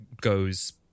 goes